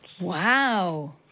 Wow